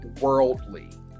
worldly